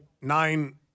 Nine